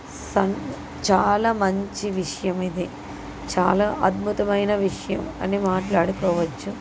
చాలా మంచి విషయం ఇది చాలా అద్భుతమైన విషయం అని మాట్లాడుకోవచ్చు